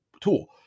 tool